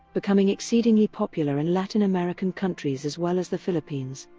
becoming exceedingly popular in latin american countries as well as the philippines.